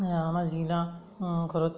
আমাৰ যিগিলাক ঘৰত